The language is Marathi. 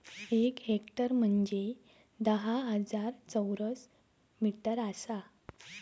एक हेक्टर म्हंजे धा हजार चौरस मीटर आसा